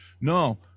No